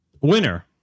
winner